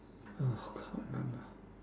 oh can't remember